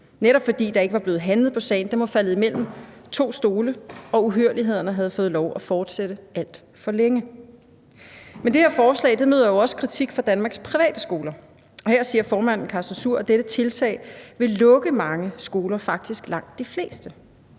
netop, fordi der ikke var blevet handlet på sagen. Den var faldet ned imellem to stole, og uhyrlighederne havde fået lov at fortsætte alt for længe. Men det her forslag møder jo også kritik fra Danmarks Private Skoler, og her siger formanden, Karsten Suhr, at dette tiltag vil lukke mange skoler, faktisk langt de fleste.